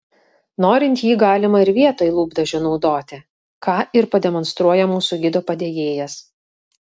norint jį galima ir vietoj lūpdažio naudoti ką ir pademonstruoja mūsų gido padėjėjas